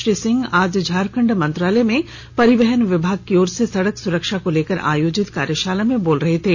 श्री सिंह आज झारखंड मंत्रालय में परिवहन विभाग की ओर से सड़क सुरक्षा को लेकर आयोजित कार्यशाला में बोल रहे थे